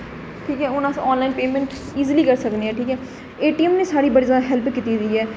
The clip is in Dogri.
ठीक ऐ हून अस ऑनलाइन पेमेंट्स गी इजली करी सकने आं ठीक ऐ ए टी एम ने साढ़ी बड़ी जादा हेल्प कीती दी ऐ